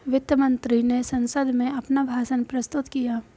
वित्त मंत्री ने संसद में अपना भाषण प्रस्तुत किया